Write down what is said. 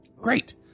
great